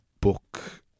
book